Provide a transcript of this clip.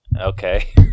Okay